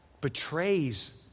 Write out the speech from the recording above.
betrays